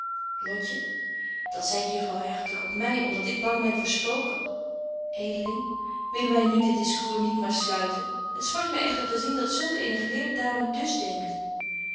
lotje dat zeit juffrouw hartog op my om dat ik bang ben voor spoken betje wolff en aagje deken historie van mejuffrouw sara burgerhart edeling willen wy nu dit discours niet maar sluiten t smart my echter te zien dat zulk eene geleerde dame dus denkt